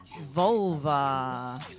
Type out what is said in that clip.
vulva